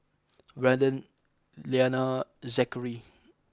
Braeden Liana Zackery